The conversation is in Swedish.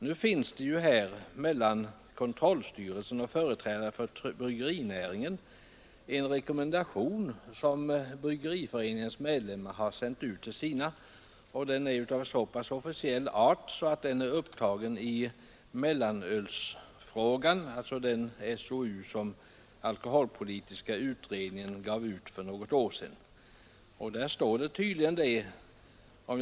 Nu finns det ju mellan kontrollstyrelsen och företrädare för bryggerinäringen överenskommelse om en rekommendation som Bryggareföreningen har sänt ut till sina medlemmar, och den är av så pass officiell art att den är upptagen i Mellanölsfrågan, dvs. det betänkande som alkoholpolitiska utredningen avgav för något år sedan, SOU 1971:66.